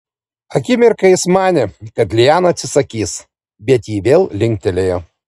akimirką jis manė kad liana atsisakys bet ji vėl linktelėjo